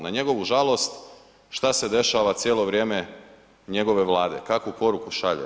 Na njegu žalost šta se dešava cijelo vrijeme njegove Vlade, kakvu poruku šalje.